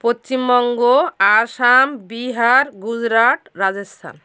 Paschimbanga Assam Bihar Gujarat Rajasthan